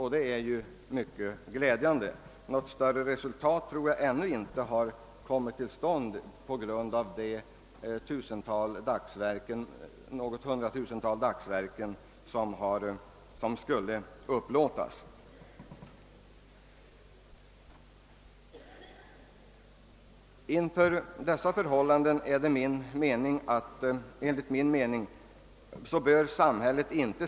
Samhället bör enligt min mening inte ställa sig oförstående till att under sådana förhållanden överlåta domänverkets skog i vissa fall till andra skogsägarkategorier om det tjänar samhällsnyttan.